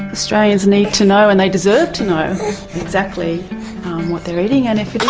australians need to know and they deserve to know exactly what they're eating, and if